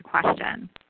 question